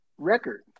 Record